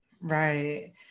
Right